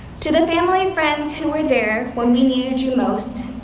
to the family and friends who were there when we needed you most,